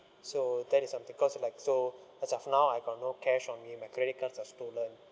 so that is something cause like so as of now I got no cash on me my credit cards are stolen